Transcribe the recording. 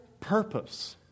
purpose